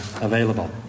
available